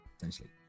Essentially